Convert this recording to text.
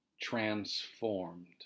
transformed